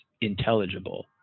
intelligible